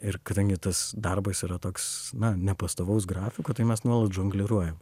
ir kadangi tas darbas yra toks na nepastovaus grafiko tai mes nuolat žongliruojam